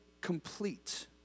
complete